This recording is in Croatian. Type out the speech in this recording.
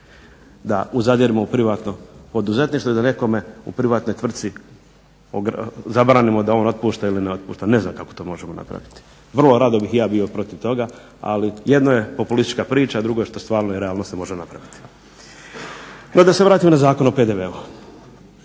da zadiremo u privatno poduzetništvo i da nekome u privatnoj tvrtci zabranimo da on otpušta ili ne otpušta. Ne znam kako to možemo napraviti. Vrlo rado bih i ja bio protiv toga, ali jedno je populistička priča, drugo je što stvarno i realno se može napraviti. No, da se vratim na Zakon o PDV-u,